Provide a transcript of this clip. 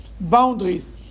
boundaries